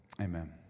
Amen